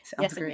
yes